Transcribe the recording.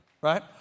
right